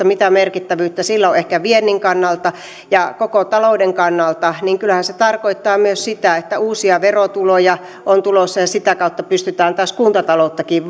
mitä merkittävyyttä kiky sopimuksella on ehkä viennin kannalta ja koko talouden kannalta niin kyllähän se tarkoittaa myös sitä että uusia verotuloja on tulossa ja sitä kautta pystytään taas kuntatalouttakin